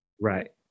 Right